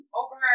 over